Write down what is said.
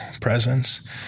presence